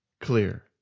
clear